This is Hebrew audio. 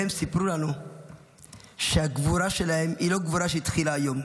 והם סיפרו לנו שהגבורה שלהם היא לא גבורה שהתחילה היום,